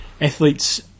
athletes